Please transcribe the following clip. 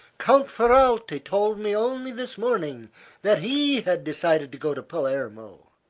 count ferralti told me only this morning that he had decided to go to palermo.